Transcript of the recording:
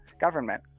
government